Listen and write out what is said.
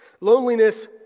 Loneliness